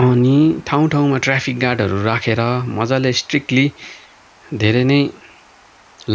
अनि ठाउँ ठाउँमा ट्राफिक गार्डहरू राखेर मज्जाले स्ट्रिकली धेरै नै